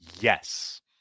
Yes